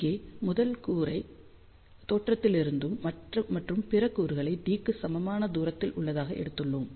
இங்கே முதல் கூறை தோற்றத்திலிருந்தும் மற்றும் பிற கூறுகள் d க்கு சமமான தூரத்தில் உள்ளதாக எடுத்துள்ளோம்